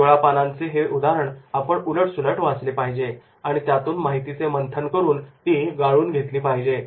सोळा पानाचे हे उदाहरण आपण उलट सुलट वाचले पाहिजे आणि त्यातून माहितीचे मंथन करून ती गाळून घेतली पाहिजे